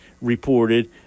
reported